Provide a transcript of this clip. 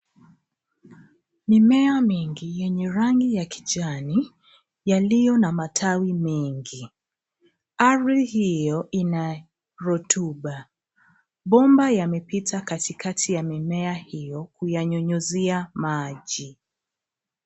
Mimea mingi yenye rangi ya kijani yaliyo na matawi mengi ardhi hiyo ina rotuba bomba yamepita kati kati ya mimea hiyo kuyanyunyizia maji.